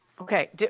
Okay